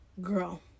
Girl